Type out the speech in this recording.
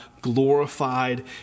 glorified